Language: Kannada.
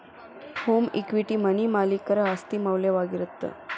ಹೋಮ್ ಇಕ್ವಿಟಿ ಮನಿ ಮಾಲೇಕರ ಆಸ್ತಿ ಮೌಲ್ಯವಾಗಿರತ್ತ